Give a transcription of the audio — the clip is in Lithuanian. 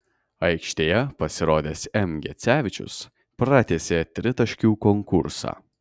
aikštėje pasirodęs m gecevičius pratęsė tritaškių konkursą